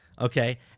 Okay